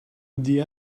the